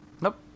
Nope